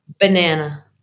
banana